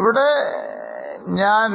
ഇവിടെ ഞാൻ